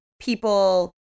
people